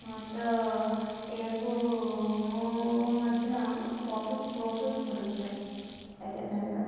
ହଁ ତ ଏହାକୁ ମୁଁ ମଧ୍ୟ ବହୁତ ବହୁତ ଭଲ ପାଏ ଆଜ୍ଞା ଧନ୍ୟବାଦ